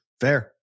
Fair